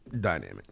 dynamic